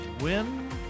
Win